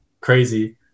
crazy